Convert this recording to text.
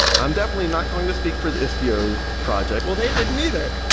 i'm definitely not going to speak for the istio project well, they didn't either.